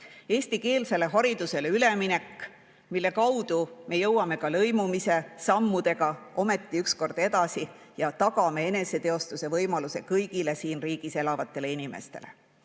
eestikeelsele haridusele üleminek, mille kaudu me jõuame ka lõimumise sammudega ometi ükskord edasi ja tagame eneseteostuse võimaluse kõigile siin riigis elavatele inimestele;